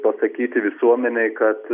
pasakyti visuomenei kad